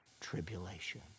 tribulation